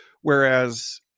whereas